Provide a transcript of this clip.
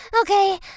okay